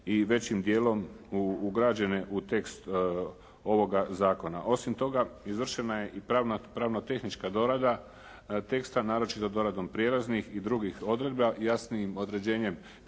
i većim dijelom ugrađene u tekst ovoga zakona. Osim toga izvršena je i pravna, pravno-tehnička dorada teksta naročito doradom prijelaznih i drugih odredba, jasnijim određenjem